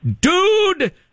Dude